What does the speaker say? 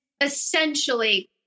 essentially